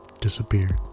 disappeared